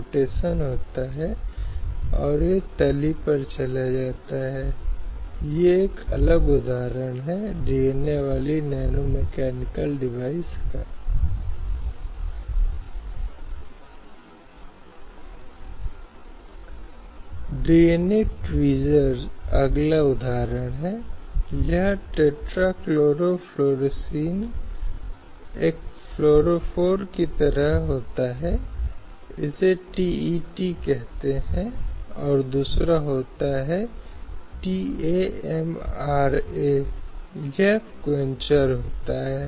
अब उस प्रश्न के रूप में बुलाया गया था क्योंकि यह पाया गया था कि कुछ लोग जहां मानव की स्थिति को कमजोर करते हैं और यहां मजबूर हैं यहां पर गरीबी हताशा उपेक्षा आदि का जीवन जीने के लिए उसके बाद इस मुद्दे के बाद एक अधिनियम था जो अधिनियम विवाह के विघटन पर महिलाओं की सुरक्षा के लिए पारित किया गया था जिससे यह सुनिश्चित करने की कोशिश की गई थी कि कहीं न कहीं महिलाओं की चिंता को प्रभावी ढंग से संबोधित किया गया है